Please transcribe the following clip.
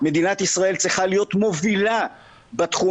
מדינת ישראל צריכה להיות מובילה בתחום